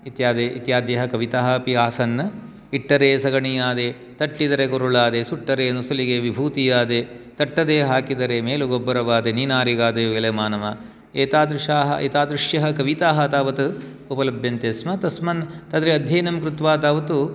इत्यादि इत्याद्यः कविताः अपि आसन्न् इट्टरे सगणीयादे तट्टीदरे कुरुळादे सुट्टरेनु सुलिगे विभूतियादे तट्टदे हाकिदरे मेलु गोब्बरवादे नीनारीगादेयो एले मानवा एतादृशाः एतादृश्यः कविताः तावत् उपलभ्यन्ते स्म तस्मात् तद्र अध्ययनं कृत्वा तावत्